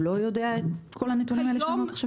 הוא לא יודע את כל הנתונים האלה שאמרת עכשיו?